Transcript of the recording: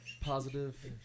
Positive